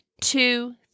two